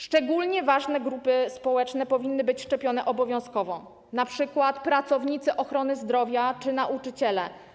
Szczególnie ważne grupy społeczne powinny być szczepione obowiązkowo, np. pracownicy ochrony zdrowia czy nauczyciele.